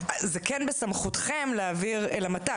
זה כן בסמכותכם להעביר אל המת"ק.